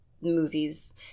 movies